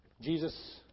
Jesus